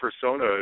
persona